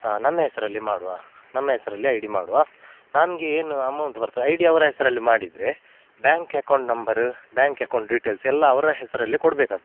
ನನ್ನ ಹೆಸರಲ್ಲಿ ಮಾಡುವ ನನ್ನ ಹೆಸರಲ್ಲೇ ಐ ಡಿ ಮಾಡುವ ನನ್ಗೆ ಏನು ಅಮೌಂಟ್ ಬರ್ತದೆ ಐ ಡಿ ಅವರ ಹೆಸರಲ್ಲಿ ಮಾಡಿದರೆ bank account number bank account details ಎಲ್ಲ ಅವರ ಹೆಸರಲ್ಲೆ ಕೊಡಬೇಕಾಗ್ತದೆ